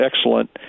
excellent